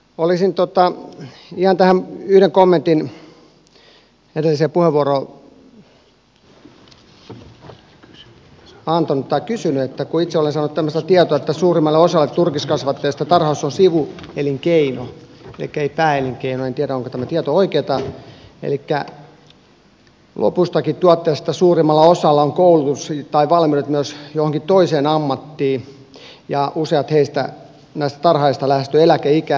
olisin ihan tähän yhden kommentin edelliseen puheenvuoroon antanut tai kysynyt siitä kun itse olen saanut tämmöistä tietoa että suurimmalle osalle turkiskasvattajista tarhaus on sivuelinkeino elikkä ei pääelinkeino en tiedä onko tämä tieto oikeata elikkä lopuistakin tuottajista suurimmalla osalla on koulutus tai valmiudet myös johonkin toiseen ammattiin ja että useat heistä näistä tarhaajista lähestyvät eläkeikää